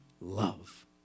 love